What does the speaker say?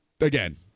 Again